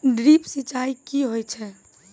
Drip सिंचाई कि होय छै?